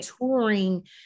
touring